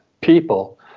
people